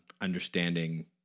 understanding